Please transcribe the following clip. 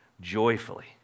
joyfully